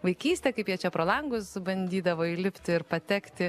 vaikystę kaip jie čia pro langus bandydavo įlipti ir patekti